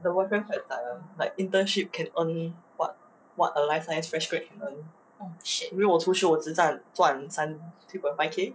the boyfriend quite zai [one] like internship can earn what a life science fresh grad can earn 因为我出去我只赚赚三 three point five K